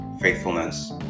faithfulness